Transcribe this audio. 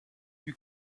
you